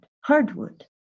Hardwood